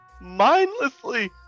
mindlessly